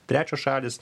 trečios šalys